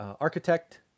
architect